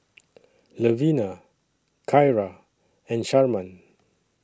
Levina Kyra and Sharman